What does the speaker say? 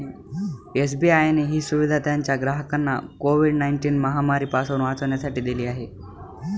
SBI ने ही सुविधा त्याच्या ग्राहकांना कोविड नाईनटिन महामारी पासून वाचण्यासाठी दिली आहे